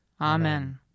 Amen